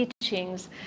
teachings